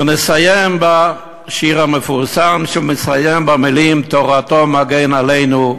ונסיים בשיר המפורסם שמסתיים במילים: "תורתו מגן לנו,